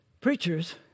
Preachers